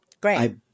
Great